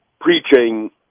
preaching